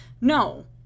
No